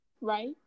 Right